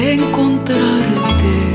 encontrarte